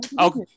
okay